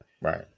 Right